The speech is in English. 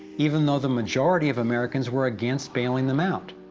even though the majority of americans were against bailing them out?